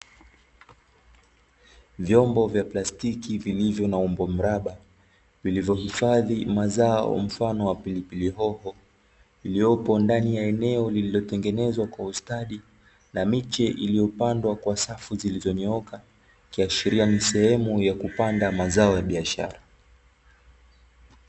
Vyombo vya plastiki vilivyo na umbo mraba vilivyohifadhi mazao mfano wa pilipili hoho, iliyopo ndani ya eneo lililotengenezwa kwa ustadi na miche iliyopandwa kwa safu zilizonyooka. Ikiashiria ni sehemu ya kupanda mazao ya biashara.